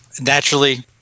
naturally